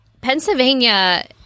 Pennsylvania